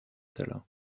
salins